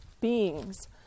beings